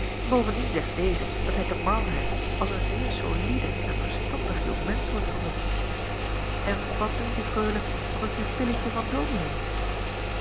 bovendien zegt deze dat hij te marlheim als een zeer solide en verstandig jong mensch wordt geroemd en wat dunkt u freule van dat pupilletje van dominee